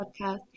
podcast